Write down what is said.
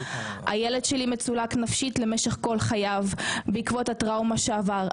הילד שלי מצולק נפשית למשך כל חייו בעקבות הטראומה שעבר,